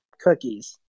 cookies